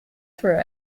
through